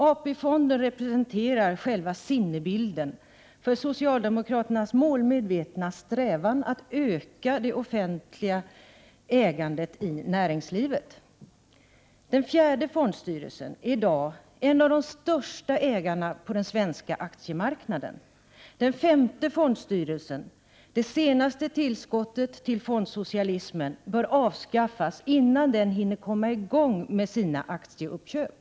AP-fonden representerar själva sinnebilden för socialdemokraternas målmedvetna strävan att öka det offentliga ägandet i näringslivet. Fjärde fondstyrelsen är i dag en av de största ägarna på den svenska aktiemarknaden. Femte fondstyrelsen, det senaste tillskottet till fondsocialismen, bör avskaffas innan den hinner komma i gång med sina aktieuppköp.